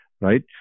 right